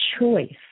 choice